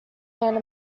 hand